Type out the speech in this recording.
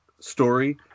story